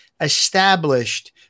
established